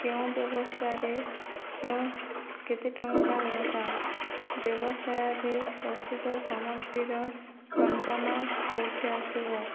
କେଉଁ ବ୍ୟବସ୍ଥାରେ କେଉଁ କେତେ ଟଙ୍କା ଦରକାର ବ୍ୟବସାୟରେ ପ୍ରସ୍ତୁତ ସାମଗ୍ରୀର କଞ୍ଚାମାଲ କୋଉଠୁ ଆସିବ